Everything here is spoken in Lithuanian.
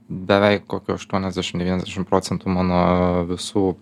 beveik kokių aštuoniasdešim devyniasdešim procentų mano visų